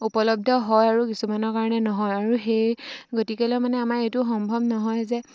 উপলব্ধ হয় আৰু কিছুমানৰ কাৰণে নহয় আৰু সেই গতিকেলৈ মানে আমাৰ এইটো সম্ভৱ নহয় যে